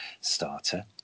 starter